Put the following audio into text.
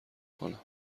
کنم